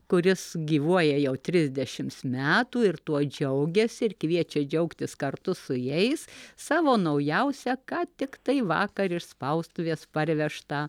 kuris gyvuoja jau trisdešims metų ir tuo džiaugiasi ir kviečia džiaugtis kartu su jais savo naujausią ką tiktai vakar iš spaustuvės parvežtą